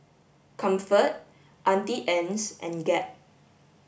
comfort Auntie Anne's and Gap